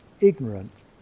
ignorant